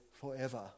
forever